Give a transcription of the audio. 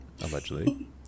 Allegedly